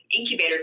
incubator